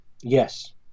Yes